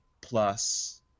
plus